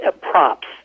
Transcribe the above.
Props